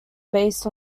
based